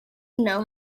know